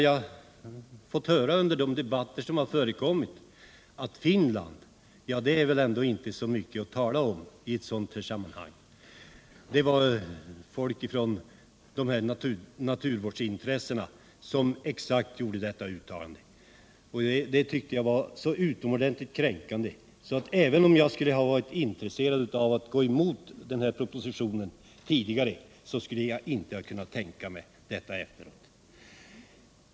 Jag har under de debatter som har förekommit fått höra att Finland inte är så mycket att tala om i sådana här sammanhang — det var folk som företrädde naturvårdsintressena som gjorde exakt detta uttalande. Det tyckte jag var så utomordentligt kränkande att jag efter det inte skulle ha kunnat tänka mig att gå emot propositionen även om jag skulle ha varit intresserad av att göra detta.